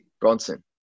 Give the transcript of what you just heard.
Bronson